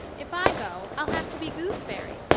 if i go i'll have to be gooseberry,